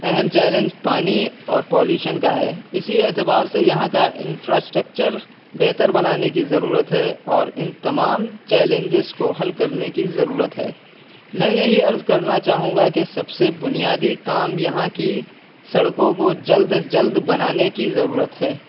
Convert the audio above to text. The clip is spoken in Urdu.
اہم چیلنج پانی اور پولوشن کا ہے اسی اعتبار سے یہاں کا انفراسٹرکچر بہتر بنانے کی ضرورت ہے اور ان تمام چیلنجز کو حل کرنے کی ضرورت ہے میں یہی عرض کرنا چاہوں گا کہ سب سے بنیادی کام یہاں کی سڑکوں کو جلد از جلد بنانے کی ضرورت ہے